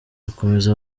akomeza